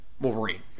Wolverine